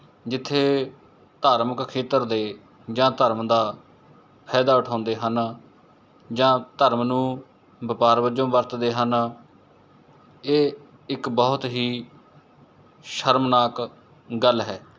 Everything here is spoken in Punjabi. ਜਿੱਥੇ ਧਾਰਮਿਕ ਖੇਤਰ ਦੇ ਜਾਂ ਧਰਮ ਦਾ ਫਾਇਦਾ ਉਠਾਉਂਦੇ ਹਨ ਜਾਂ ਧਰਮ ਨੂੰ ਵਪਾਰ ਵਜੋਂ ਵਰਤਦੇ ਹਨ ਇਹ ਇੱਕ ਬਹੁਤ ਹੀ ਸ਼ਰਮਨਾਕ ਗੱਲ ਹੈ